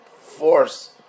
force